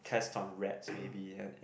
test on rats maybe and and